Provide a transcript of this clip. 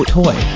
toy